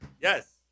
Yes